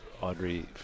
Audrey